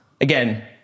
Again